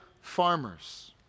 farmers